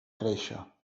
créixer